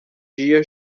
dia